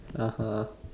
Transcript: (uh huh)